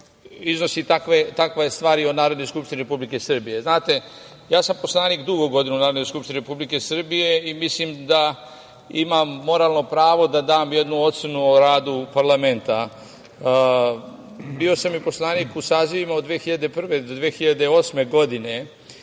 iznosi takve stvari o Narodnoj skupštini Republike Srbije. Znate, ja sam poslanik dugo godina u Narodnoj skupštini Republike Srbije i mislim da imam moralno pravo da dam jednu ocenu o radu parlamenta. Bio sam i poslanik u sazivima od 2001. godine do 2008. godine